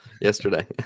yesterday